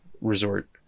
resort